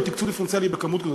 רגע,